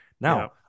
Now